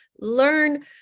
learn